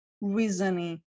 reasoning